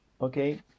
okay